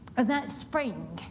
that spring,